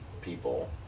people